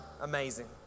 Amazing